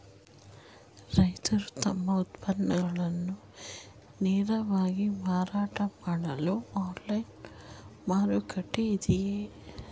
ರೈತರು ತಮ್ಮ ಉತ್ಪನ್ನಗಳನ್ನು ನೇರವಾಗಿ ಮಾರಾಟ ಮಾಡಲು ಆನ್ಲೈನ್ ಮಾರುಕಟ್ಟೆ ಇದೆಯೇ?